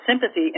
sympathy